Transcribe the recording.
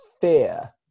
fear